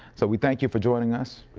so we thank you for joining us.